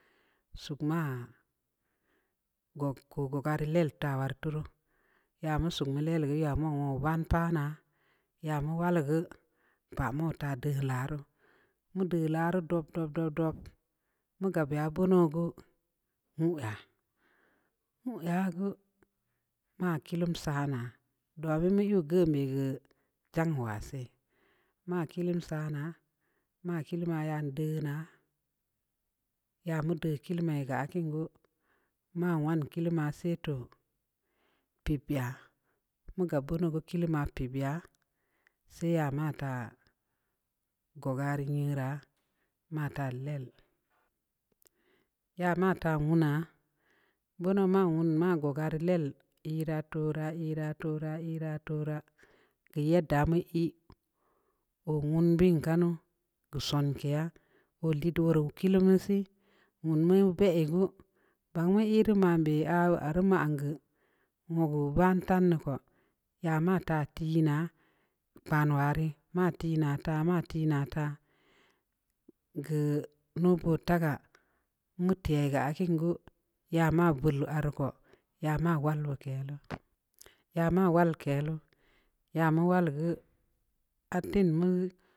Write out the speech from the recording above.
Suuk ma'a gug gue le ta wartuuru ya ma sugue ya mu wu wumpa na ya mu wal ngue paa mota de geu la ru de laru mude laru da-da-da-dua mu gaap ya buuna gue nubuu ma kii lum sana'a dua mu yu gue begue ndzan wa sa'ay ma kilum sana'a ma kilum ya deh na'a ya muduh kill mə ga akin gue ga akin gue ma wan kii lii ma sai toh pəpə ya muga bunugue kii lii ma pəbəya sa'ay ya mata go gari nyera mata ləl ya mata wuna buuna mə ii ra tu ra-ii ra-ii ra tura gen yadda mu ‘e o wun bəən kanuu gue sonkia wul di duoro kii lue mu sii nununbə a ngue bamgue ii re mam bə a ru maan gue wu gue ban tan ko ya ma ta təa na kpa nu a ru ma təa na ta-ma təa na ta gue nu puu tagaa nga təaa ga akin gue ya ma gual aruko ya ma wal aruko ya ma wal lue kəa lue ya ma wul kəa lu ya mu wul ngue a təng ngue.